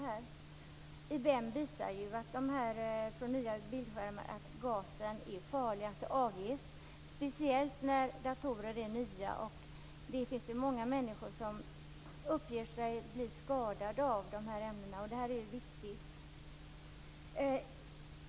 IBM har visat att det avges en gas från bildskärmar som är farlig, speciellt när datorerna är nya. Det finns många människor som uppger att de blivit skadade av de här ämnena. Detta är viktigt!